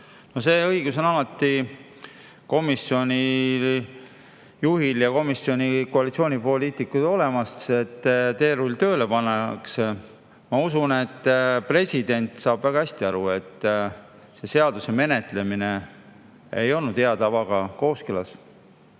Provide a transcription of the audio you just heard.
See õigus on alati komisjoni juhil ja komisjoni koalitsioonipoliitikutel olemas, et teerull pannakse tööle. Ma usun, et president saab väga hästi aru, et selle eelnõu menetlemine ei olnud hea tavaga kooskõlas.